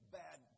bad